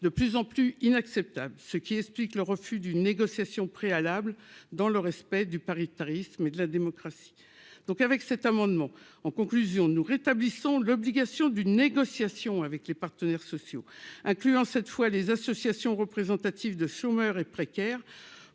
de plus en plus inacceptable, ce qui explique le refus d'une négociation préalable dans le respect du paritarisme et de la démocratie donc avec cet amendement, en conclusion, nous rétablissons l'obligation d'une négociation avec les partenaires sociaux incluant cette fois les associations représentatives de chômeurs et précaires,